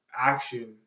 action